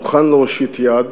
מוכן להושיט יד,